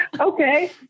Okay